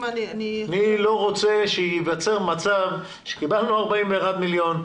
אני לא רוצה שייווצר מצב שקיבלנו 41 מיליון,